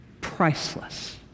priceless